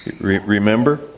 Remember